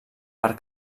per